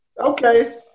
Okay